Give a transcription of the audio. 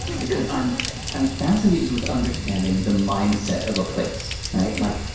because i'm i'm fascinated with understanding the mindset of a place. right, like,